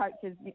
coaches